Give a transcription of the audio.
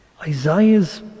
Isaiah's